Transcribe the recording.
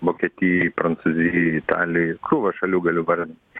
vokietijoj prancūzijoj italijoj krūvą šalių galiu vardint